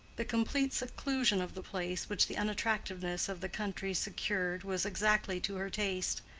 the complete seclusion of the place, which the unattractiveness of the country secured, was exactly to her taste.